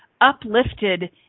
uplifted